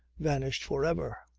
vanished for ever,